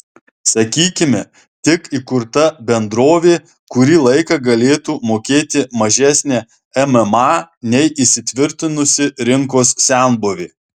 sakykime tik įkurta bendrovė kurį laiką galėtų mokėti mažesnę mma nei įsitvirtinusi rinkos senbuvė